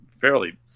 fairly